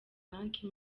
banki